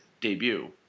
debut